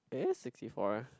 it is sixty four